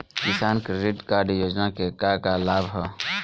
किसान credit card योजना के का का लाभ ह?